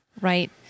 Right